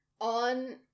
on